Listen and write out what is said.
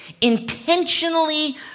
intentionally